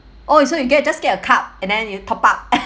oh so you get just get a cup and then you top up